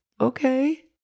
okay